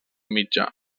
mitjà